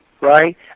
Right